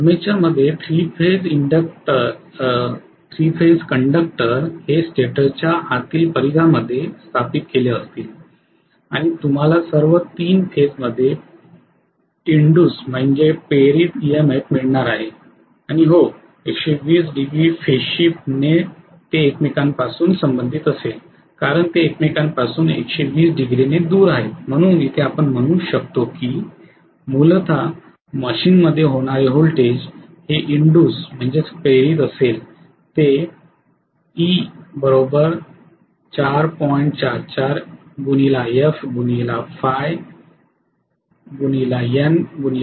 armature मध्ये three phase conductor हे स्टेटरच्या आतील परिघामध्ये हे स्थापित केले असतील आणि तुम्हाला सर्व तीन फेजमध्ये प्रेरित ई एम फ मिळणार आहे आणि हो 120 डिग्री फेज शिफ्ट ने एकमेकांपासून हे संबंधित असेल कारण ते एकमेकांपासून 120 डिग्री ने दूर आहेत म्हणून इथे आपण म्हणू शकतो की की मूलतः मशीनमध्ये होणारे व्होल्टेज हे इन्ड्डुसेड असेल ते E4